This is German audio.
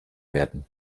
werden